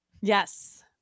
Yes